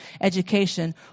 education